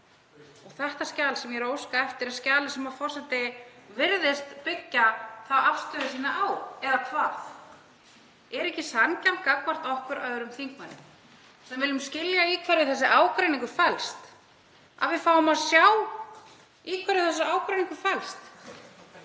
Þetta skjal sem ég óska eftir er skjalið sem forseti virðist byggja þá afstöðu sína á, eða hvað? Er ekki sanngjarnt gagnvart okkur hinum þingmönnum sem viljum skilja í hverju þessi ágreiningur felst, að við fáum að sjá í hverju hann felst?